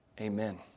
Amen